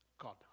God